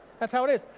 that's how it is.